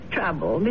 trouble